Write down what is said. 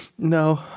No